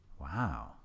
Wow